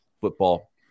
football